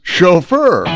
chauffeur